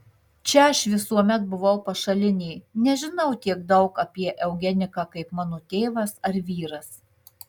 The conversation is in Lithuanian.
čia aš visuomet buvau pašalinė nežinau tiek daug apie eugeniką kaip mano tėvas ar vyras